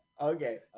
okay